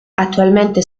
attualmente